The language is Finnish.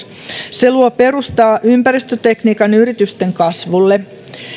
se luo perustaa ympäristötekniikan yritysten kasvulle